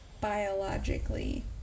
biologically